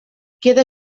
queda